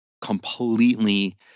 completely